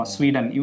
Sweden